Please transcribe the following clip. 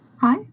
Hi